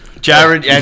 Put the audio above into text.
Jared